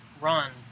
run